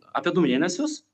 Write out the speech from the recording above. apie du mėnesius